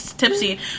tipsy